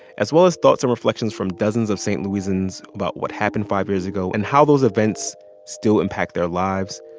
as well as thoughts and reflections from dozens of st. louisans about what happened five years ago and how those events still impact their lives,